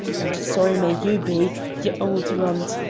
and sorry may you be ye auld runt,